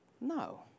No